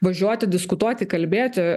važiuoti diskutuoti kalbėti